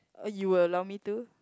uh you will allow me to